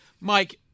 Mike